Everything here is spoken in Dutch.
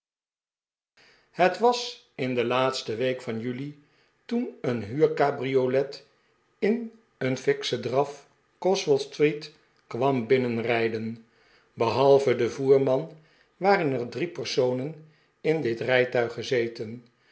het was in de laatste week van juli toen een huurcabriolet in een fikschen draf goswell street kwam binnenrijden behalve den voerman waren er drie personen in dit rijtuig gezeten